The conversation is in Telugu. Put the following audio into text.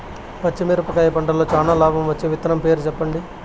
పచ్చిమిరపకాయ పంటలో చానా లాభం వచ్చే విత్తనం పేరు చెప్పండి?